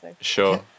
Sure